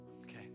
Okay